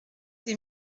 des